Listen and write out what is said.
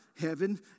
heaven